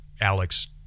Alex